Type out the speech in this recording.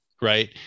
right